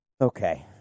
Okay